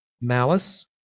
malice